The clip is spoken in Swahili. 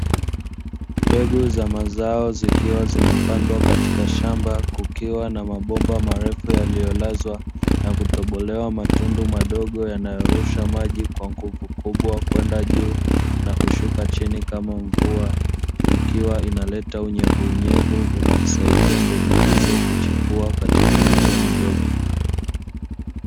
Mbegu za mazao zikiwa zimepandwa katika shamba, kukiwa na mabomba marefu yaliyolazwa na kutobolewa matundu madogo yanayorusha maji kwa nguvu kubwa kwenda juu na hushuka chini kama mvua. Ikiwa inaleta unyevuunyevu unaosaidia mbegu hizo kuchipua katika miche midogo.